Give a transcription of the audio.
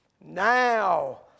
Now